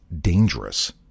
dangerous